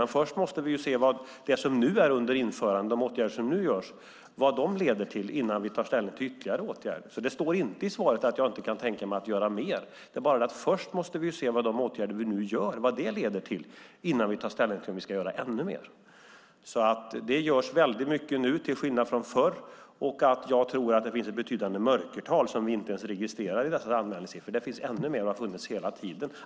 Men vi måste först se vad de åtgärder som nu vidtas leder till innan vi tar ställning till ytterligare åtgärder. Det står inte i svaret att jag inte kan tänka mig att göra mer, men vi måste först se vad de åtgärder vi nu vidtar leder till innan vi tar ställning till om vi ska göra ännu mer. Det görs väldigt mycket nu till skillnad från förr. Jag tror att det finns ett betydande mörkertal som inte ens registreras i dessa anmälningssiffror. Det finns ännu fler, och de har funnits hela tiden.